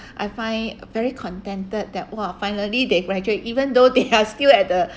I find very contented that !wah! finally they graduate even though they are still at the